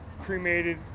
cremated